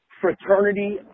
fraternity